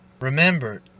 Remember